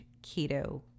keto